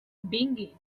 vingui